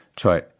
cioè